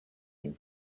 you